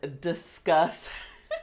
discuss